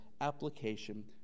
application